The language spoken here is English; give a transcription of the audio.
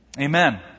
Amen